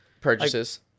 purchases